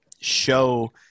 show